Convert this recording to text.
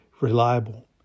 reliable